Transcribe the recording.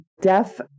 deaf